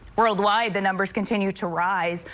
worldwide, the numbers continue to rise.